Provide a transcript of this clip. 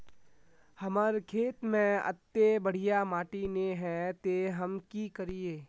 हमर खेत में अत्ते बढ़िया माटी ने है ते हम की करिए?